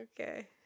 Okay